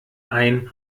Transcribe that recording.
ein